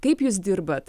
kaip jūs dirbat